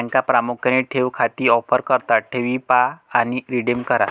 बँका प्रामुख्याने ठेव खाती ऑफर करतात ठेवी पहा आणि रिडीम करा